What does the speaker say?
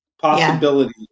Possibility